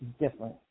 different